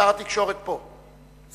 שר התקשורת פה.